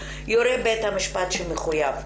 יורה בית המשפט שמחויב.